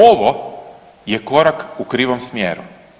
Ovo je korak u krivom smjeru.